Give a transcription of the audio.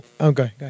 Okay